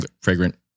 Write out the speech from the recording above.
fragrant